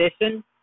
edition